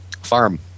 farm